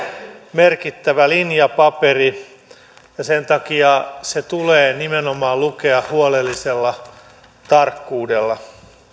merkittävä linjapaperi ja sen takia se tulee nimenomaan lukea huolellisella tarkkuudella